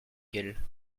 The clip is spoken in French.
elle